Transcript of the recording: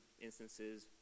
instances